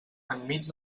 enmig